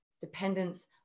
Dependence